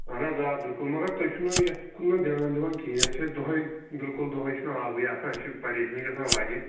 اَہَن حظ آ بِلکُل مگر تُہۍ چھُو نہٕ یَتھ کُن نہٕ دیان دِوان کِہیٖنٛۍ یَتھ چھِ اَسہِ دۄہَے بِلکُل دۄہَے چھُنہٕ آبٕے آسان اَسہِ چھِ پریشٲنی گژھان واریاہ